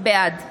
בעד